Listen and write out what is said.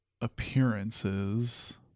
appearances